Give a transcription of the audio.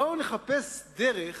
בואו נחפש דרך